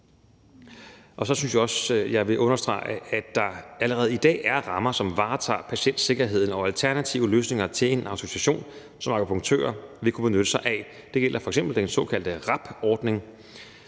Så synes jeg også, jeg vil understrege, at der allerede i dag er rammer, som varetager patientsikkerheden, og alternative løsninger til en autorisation, som akupunktører vil kunne benytte sig af. Det gælder f.eks. den såkaldte RAB-ordning,